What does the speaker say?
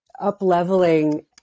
up-leveling